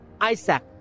Isaac